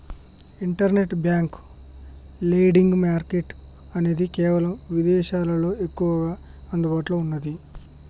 inter bank lending market అనేది కేవలం ఇదేశాల్లోనే ఎక్కువగా అందుబాటులో ఉన్నాది